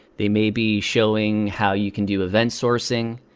they may be showing how you can do event sourcing.